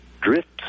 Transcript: drifts